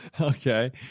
Okay